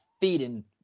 feeding